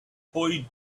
boy